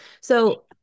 So-